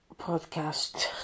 podcast